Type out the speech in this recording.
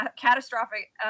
catastrophic